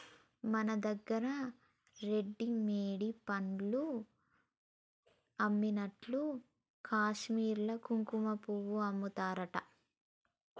మన దగ్గర రోడ్లెమ్బడి పండ్లు అమ్మినట్లు కాశ్మీర్ల కుంకుమపువ్వు అమ్ముతారట